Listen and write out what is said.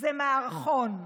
זה מערכון.